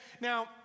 now